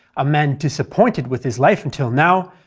a man disappointed with his life until now,